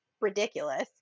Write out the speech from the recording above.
ridiculous